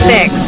Six